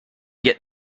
get